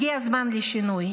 הגיע הזמן לשינוי.